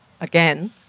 again